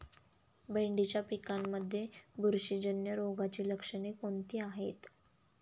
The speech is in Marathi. भेंडीच्या पिकांमध्ये बुरशीजन्य रोगाची लक्षणे कोणती आहेत?